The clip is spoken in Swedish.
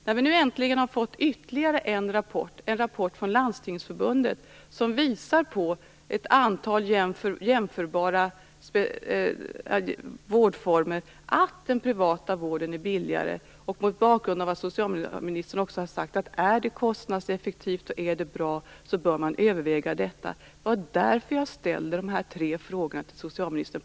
Vi nu har nu äntligen fått ytterligare en rapport, från Landstingsförbundet, som visar att den privata vården är billigare när det gäller ett antal jämförbara vårdformer. Socialministern har också sagt att om det är kostnadseffektivt är det bra, och då bör man överväga detta. Det var därför jag ställde de tre frågorna till socialministern.